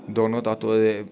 दोनें तातो दे